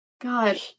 God